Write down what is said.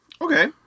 Okay